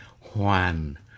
Juan